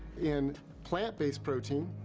in plant-based protein,